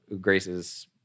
Grace's